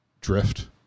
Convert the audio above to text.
drift